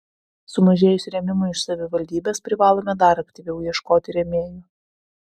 sumažėjus rėmimui iš savivaldybės privalome dar aktyviau ieškoti rėmėjų